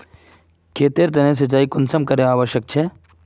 खेतेर तने सिंचाई कुंसम करे आवश्यक छै?